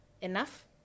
enough